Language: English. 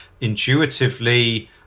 Intuitively